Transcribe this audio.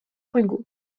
hugo